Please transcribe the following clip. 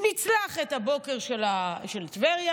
נצלח את הבוקר של טבריה,